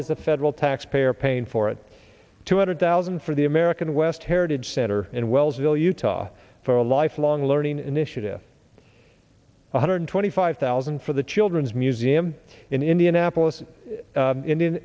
is the federal taxpayer paying for it two hundred thousand for the american west heritage center and wells will utah for a lifelong learning initiative one hundred twenty five thousand for the children's museum in indianapolis indian